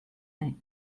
ein